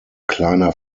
kleiner